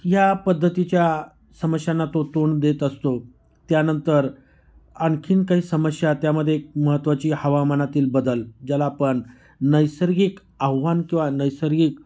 या पद्धतीच्या समस्यांना तो तोंड देत असतो त्यानंतर आणखी काही समस्या त्यामध्ये एक महत्त्वाची हवामानातील बदल ज्याला आपण नैसर्गिक आह्वान किंवा नैसर्गिक